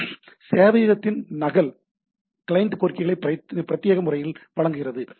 எனவே சேவையகத்தின் நகல் கிளையன்ட் கோரிக்கைகளை பிரத்யேக முறையில் வழங்குகிறது